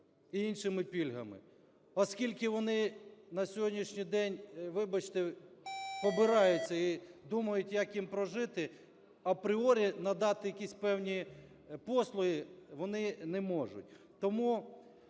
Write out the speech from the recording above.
і іншими пільгами. Оскільки вони на сьогоднішній день – вибачте! – побираються і думають, як їм прожити, апріорі надати якісь певні послуги вони не можуть.